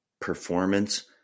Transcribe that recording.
performance